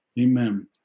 Amen